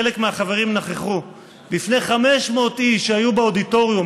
חלק מהחברים נכחו בפני 500 איש שהיו באודיטוריום,